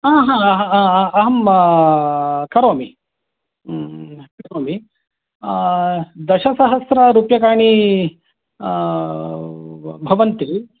हा हा हा अहं करोमि करोमि दशसहस्ररूपय्काणि भवन्ति